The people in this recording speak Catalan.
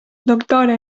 doctora